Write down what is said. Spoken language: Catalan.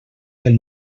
del